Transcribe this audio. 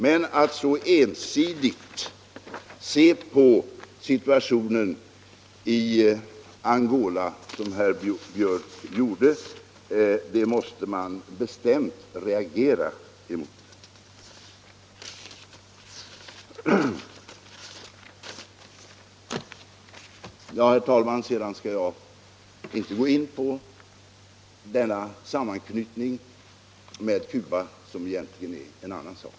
Men att så ensidigt se på situationen i Angola som herr Björck gjorde — det måste man bestämt reagera emot. Herr talman! Jag skall inte gå in på sammanknytningen med Cuba, som egentligen är en annan sak.